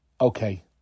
Okay